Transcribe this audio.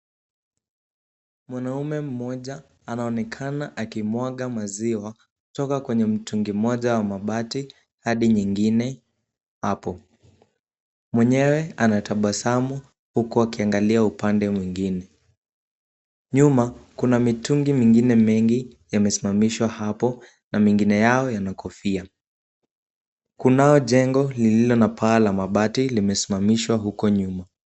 Mwanaume mmoja anaonekana akimwaga maziwa kutoka kwenye mtungi mmoja wa mabati hadi nyingine hapo. Mwenyewe anatabasamu huku akiangalia upande mwingine. Nyuma kuna mitungi mingine mengi yamesimamishwa hapo na mengine yao yana kofia. Kunao jengo lililo na paa la mabati limesimamishwa huko nyuma.